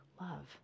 love